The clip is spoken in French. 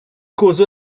cause